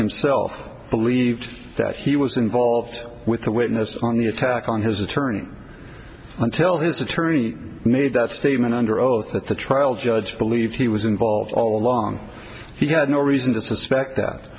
himself believed that he was involved with the witness on the attack on his attorney until his attorney made that statement under oath that the trial judge believed he was involved all along he had no reason to suspect that